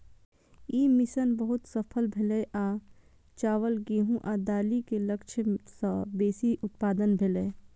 ई mission बहुत सफल भेलै आ चावल, गेहूं आ दालि के लक्ष्य सं बेसी उत्पादन भेलै